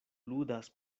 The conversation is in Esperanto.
ludas